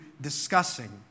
discussing